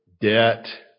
debt